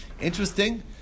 Interesting